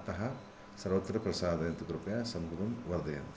अतः सर्वत्र प्रसारयन्तु कृपया संस्कृतं वर्धयन्तु